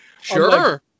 Sure